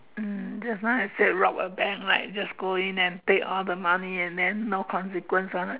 um just now I say rob a bank right just go in and take all the money and then no consequence ah